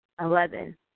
Eleven